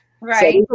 Right